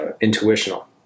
intuitional